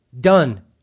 done